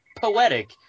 poetic